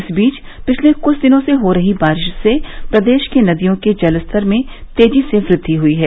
इस बीच पिछले कुछ दिनों से हो रही बारिश से प्रदेश में नदियों के जलस्तर में तेजी से वृद्वि हुई है